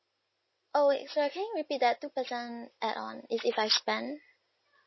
oh wait sorry can you repeat that two percent add on if if I spend